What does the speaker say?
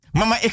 Mama